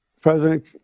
President